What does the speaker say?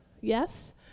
Yes